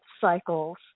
cycles